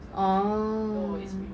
oh